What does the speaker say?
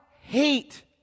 hate